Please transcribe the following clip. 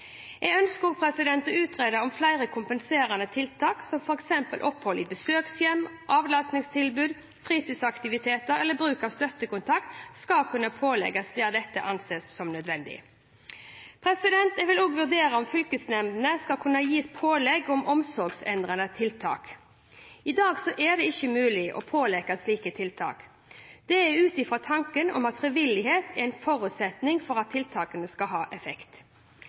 Jeg ønsker òg å utrede om flere kompenserende tiltak, som f.eks. opphold i besøkshjem, avlastningstilbud, fritidsaktiviteter eller bruk av støttekontakt, skal kunne pålegges, der dette anses som nødvendig. Jeg vil òg vurdere om fylkesnemndene skal kunne gi pålegg om omsorgsendrende tiltak. I dag er det ikke mulig å pålegge slike tiltak. Det er ut ifra tanken om at frivillighet er en forutsetning for at tiltakene skal ha effekt.